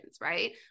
right